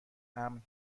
امن